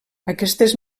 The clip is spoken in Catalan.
aquestes